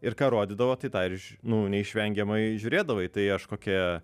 ir ką rodydavo tai tą ir iš nu neišvengiamai žiūrėdavai tai aš kokią